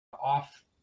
off